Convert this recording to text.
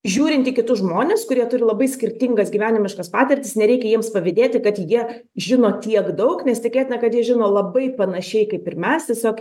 žiūrint į kitus žmones kurie turi labai skirtingas gyvenimiškas patirtis nereikia jiems pavydėti kad jie žino tiek daug nes tikėtina kad jie žino labai panašiai kaip ir mes tiesiog